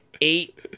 eight